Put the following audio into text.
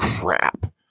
crap